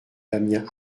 damien